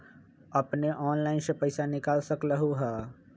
अपने ऑनलाइन से पईसा निकाल सकलहु ह?